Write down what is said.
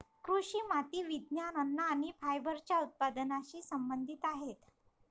कृषी माती विज्ञान, अन्न आणि फायबरच्या उत्पादनाशी संबंधित आहेत